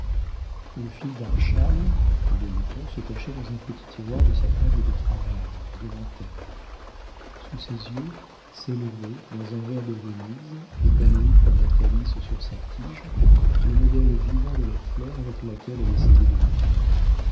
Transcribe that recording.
le fil d'archal le laiton se cachaient dans un petit tiroir de sa table de travail devant elle sous ses yeux s'élevait dans un verre de venise épanoui comme un calice sur sa tige le modèle vivant de la fleur avec laquelle elle essayait de lutter